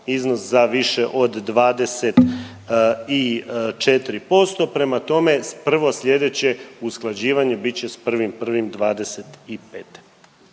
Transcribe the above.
iznos za više od 24%. Prema tome, prvo sljedeće usklađivanje bit će sa 1.1.2025.